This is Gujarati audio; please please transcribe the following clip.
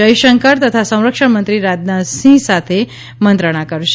જયશંકર તથા સંરક્ષણ મંત્રી રાજનાથસિંહ સાથે મંત્રણા કરશે